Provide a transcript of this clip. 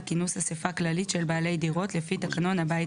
כינוס אסיפה כללית של בעלי דירות לפי תקנון הבית